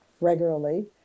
regularly